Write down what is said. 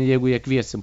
jeigu ją kviesim